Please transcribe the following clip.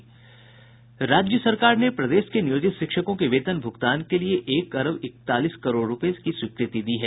राज्य सरकार ने प्रदेश के नियोजित शिक्षकों के वेतन भूगतान के लिए एक अरब इकतालीस करोड़ रूपये की स्वीकृति दी है